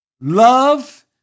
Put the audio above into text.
Love